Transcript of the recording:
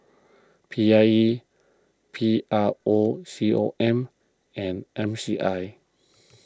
P I E P R O C O M and M C I